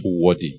worthy